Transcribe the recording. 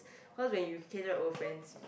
cause when you catch up old friends you